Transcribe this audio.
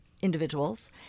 individuals